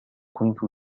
كنت